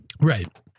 Right